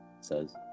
says